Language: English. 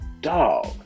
dog